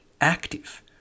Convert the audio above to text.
active